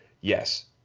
yes